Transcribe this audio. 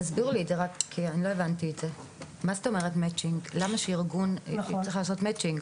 תסבירו לי את זה, למה ארגון צריך לעשות מצ'ינג?